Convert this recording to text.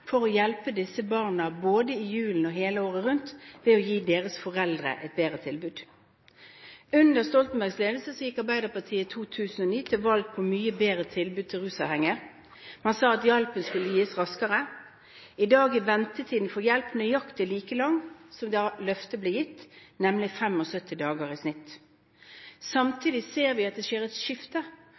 for å hjelpe disse barna, både i julen og resten av året, ved å gi deres foreldre et bedre tilbud. Under Stoltenbergs ledelse gikk Arbeiderpartiet i 2009 til valg på et mye bedre tilbud til rusavhengige. Man sa at hjelpen skulle gis raskere. I dag er ventetiden for hjelp nøyaktig like lang som da løftet ble gitt – nemlig 75 dager i snitt. Samtidig ser vi at det skjer et skifte,